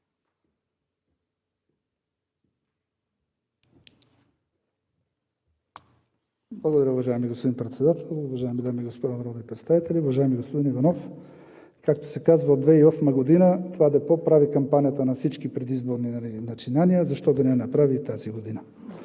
Благодаря, уважаеми господин Председател! Уважаеми дами и господа народни представители! Уважаеми господин Иванов, както се казва, от 2008 г. това депо прави кампанията на всички предизборни начинания. Защо да не направи и тази година?